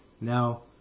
now